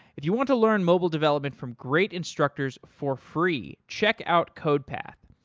if you want to learn mobile development from great instructors for free, check out codepath.